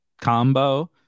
combo